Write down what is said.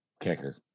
kicker